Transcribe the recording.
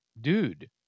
dude